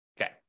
Okay